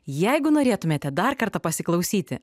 jeigu norėtumėte dar kartą pasiklausyti